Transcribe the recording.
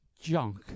junk